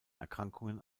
erkrankungen